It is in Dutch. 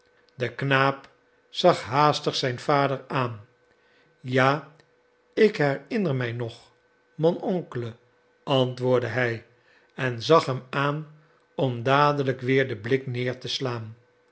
de knaap zag haastig zijn vader aan ja ik herinner mij nog mon oncle antwoordde hij en zag hem aan om dadelijk weer den blik neer te slaan